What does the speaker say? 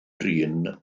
drin